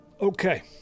okay